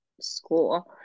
school